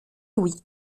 oui